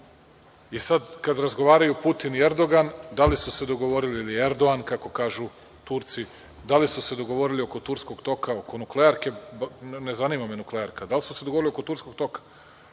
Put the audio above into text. kada razgovaraju Putin i Erdogan, da li su se dogovorili, ili Erdoan, kako kažu Turci, da li su se dogovorili oko turskog toka, oko nuklearke, ne zanima me nuklearka, da li su se dogovorili oko turskog toka,